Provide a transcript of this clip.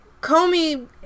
Comey